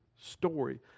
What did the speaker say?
story